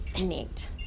neat